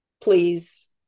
Please